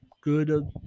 good